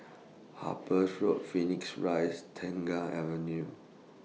Harper's Road Phoenix Rise Tengah Avenue